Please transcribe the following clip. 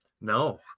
No